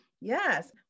Yes